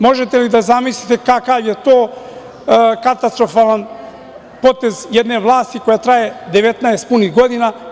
Možete li da zamislite kakav je to katastrofalan potez jedne vlasti koja traje 19 punih godina.